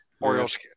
Orioles